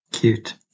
Cute